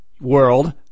world